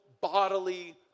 bodily